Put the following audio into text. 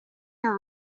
your